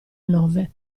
nove